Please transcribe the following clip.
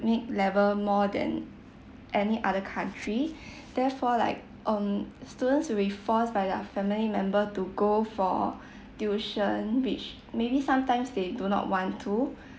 level more than any other country therefore like um students will be forced by their family member to go for tuition which maybe sometimes they do not want to